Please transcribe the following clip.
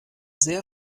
sehr